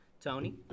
Tony